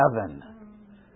heaven